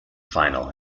final